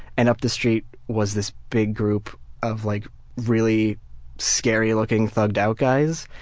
and up the street was this big group of like really scary-looking thugged out guys.